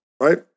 right